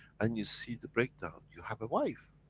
and you see the breakdown, you have a wife?